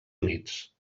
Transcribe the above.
units